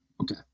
Okay